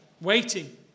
waiting